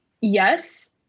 Yes